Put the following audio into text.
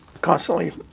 constantly